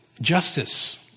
justice